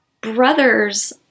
brothers